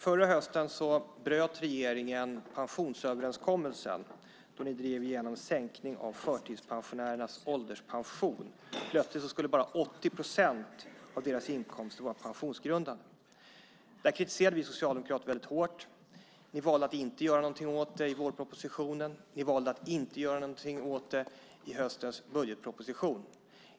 Förra hösten bröt regeringen pensionsöverenskommelsen då den drev igenom en sänkning av förtidspensionärernas ålderspension. Plötsligt skulle bara 80 procent av deras inkomster vara pensionsgrundande. Det kritiserade vi socialdemokrater väldigt hårt. Ni valde att inte göra något åt det i vårpropositionen. Ni valde att inte göra något åt det i höstens budgetproposition.